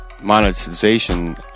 monetization